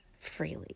freely